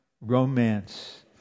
romance